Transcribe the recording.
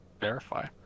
verify